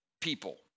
people